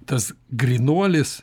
tas grynuolis